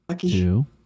two